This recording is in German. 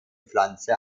pflanze